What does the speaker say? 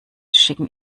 schicken